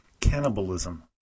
Cannibalism